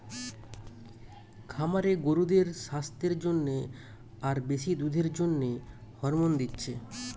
খামারে গরুদের সাস্থের জন্যে আর বেশি দুধের জন্যে হরমোন দিচ্ছে